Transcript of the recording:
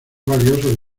valioso